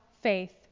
faith